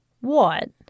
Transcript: What